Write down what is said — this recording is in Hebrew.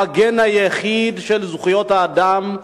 המגן היחיד של זכויות האדם,